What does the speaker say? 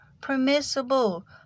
permissible